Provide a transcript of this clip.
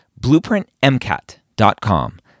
BlueprintMCAT.com